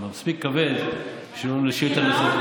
זה מספיק כבד בשביל שאילתה נוספת.